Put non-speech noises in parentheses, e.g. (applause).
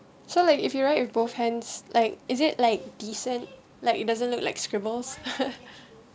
so like if you write with both hands like is it like decent like it doesn't look like scribbles (laughs)